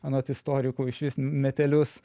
anot istorikų išvis metelius